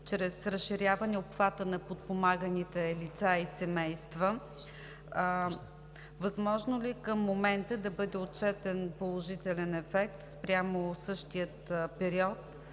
чрез разширяване обхвата на подпомаганите лица и семейства, възможно ли е към момента да бъде отчетен положителен ефект спрямо същия период